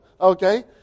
okay